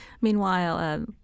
Meanwhile